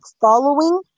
following